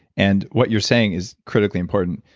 and what you're saying is critically important.